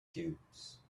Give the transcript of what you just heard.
cubes